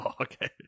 Okay